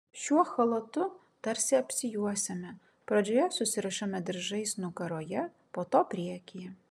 šiuo chalatu tarsi apsijuosiame pradžioje susirišame diržais nugaroje po to priekyje